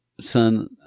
Son